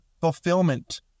fulfillment